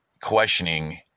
questioning